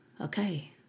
okay